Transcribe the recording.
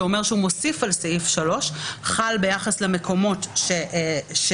שמוסיף על סעיף 3. הסעיף הזה חל ביחס למקומות שכלולים